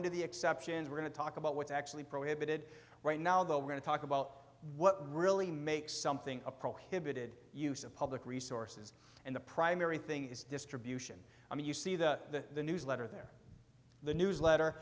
into the exceptions we're going to talk about what's actually prohibited right now though we're going to talk about what really makes something a prohibited use of public resources and the primary thing is distribution i mean you see the newsletter there the newsletter